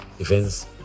events